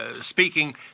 speaking